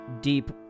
deep